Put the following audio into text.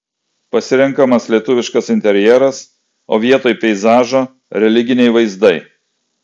pasirenkamas lietuviškas interjeras o vietoj peizažo religiniai vaizdai